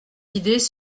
idées